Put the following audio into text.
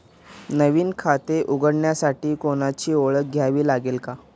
नवीन खाते उघडण्यासाठी कोणाची ओळख द्यावी लागेल का?